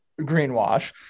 greenwash